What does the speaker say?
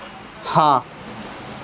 ہاں